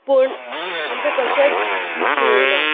पूण आमकां कशेंच मेळूंक ना